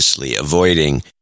avoiding